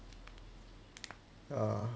ya